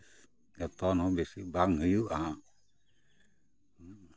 ᱡᱚᱛᱚᱱ ᱦᱚᱸ ᱵᱮᱥᱤ ᱵᱟᱝ ᱦᱩᱭᱩᱜᱼᱟ